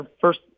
first